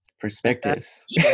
Perspectives